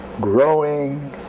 growing